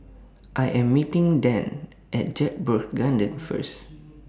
I Am meeting Dan At Jedburgh Gardens First